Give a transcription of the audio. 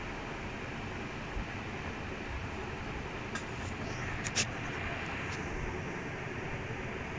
ya and you know ஏன் நா:yaen naa every time against menu against err Chelsea right I'm very அவன் வெறித்தனமா ஆடுவான்:avan verithanamaa aaduvaan you know because uh ego firing him